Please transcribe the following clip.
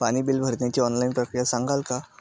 पाणी बिल भरण्याची ऑनलाईन प्रक्रिया सांगाल का?